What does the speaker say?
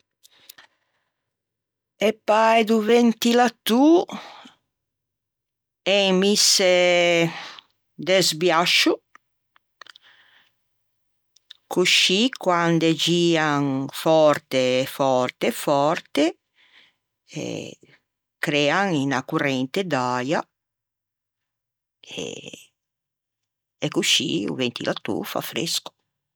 E pae do ventilatô en misse de sbiascio coscì quande gian fòrte fòrte fòrte, crean unna corrente d'äia e coscì o ventilatô o fa fresco.